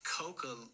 coca